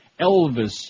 Elvis